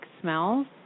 smells